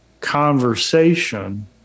conversation